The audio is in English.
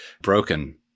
broken